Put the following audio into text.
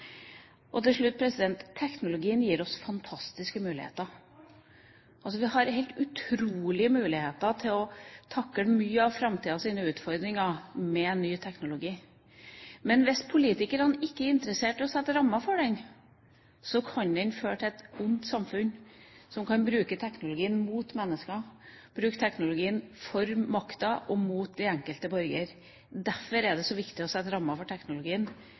til å ha styring på sjøl. Til slutt: Teknologien gir oss fantastiske muligheter. Vi har helt utrolige muligheter til å takle mange av framtidas utfordringer med ny teknologi. Men hvis politikerne ikke er interessert i å sette rammer for dette, kan det føre til et ondt samfunn som kan bruke teknologien mot mennesker, for makta og mot den enkelte borger. Derfor er det så viktig å sette rammer for teknologien,